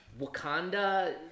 Wakanda